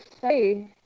say